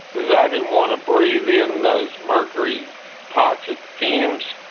because i didn't want to breathe in those mercury toxic fumes.